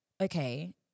okay